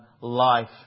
life